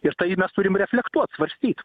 ir tai mes turim reflektuot svarstyt